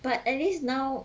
but at least now